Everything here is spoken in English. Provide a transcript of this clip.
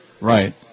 Right